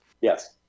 Yes